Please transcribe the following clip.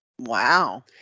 Wow